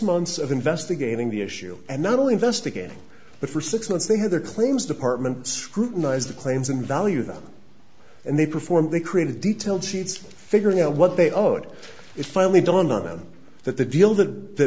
months of investigating the issue and not only investigating but for six months they had their claims department scrutinized the claims and value them and they performed they created detailed sheets figuring out what they owed it finally dawned on them that the